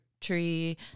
tree